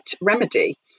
remedy